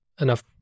enough